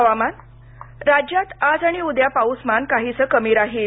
हवामान राज्यात आज आणि उद्या पाऊसमान काहीसं कमी राहिल